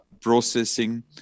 processing